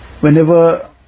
Whenever